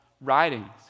writings